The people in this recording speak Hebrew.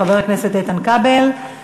חבר הכנסת איתן כבל.